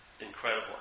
incredible